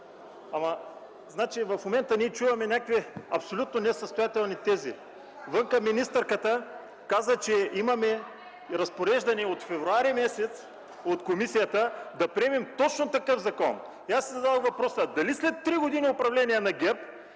Бисеров, в момента ние чуваме някакви абсолютно несъстоятелни тези. Отвън министърката каза, че имаме разпореждане от февруари месец от комисията да приемем точно такъв закон. Аз си зададох въпроса: дали след три години управление на ГЕРБ